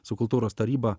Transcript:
su kultūros taryba